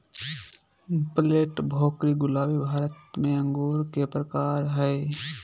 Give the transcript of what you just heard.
Perlette, भोकरी, गुलाबी भारत में अंगूर के प्रकार हय